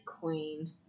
queen